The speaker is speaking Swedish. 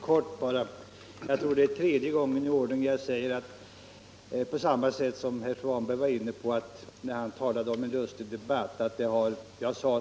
Herr talman! Det här är en lustig debatt, sade herr Svanberg, och jag tror att det här är tredje gången i ordningen som jag måste upprepa vad jag sade.